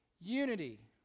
unity